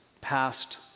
past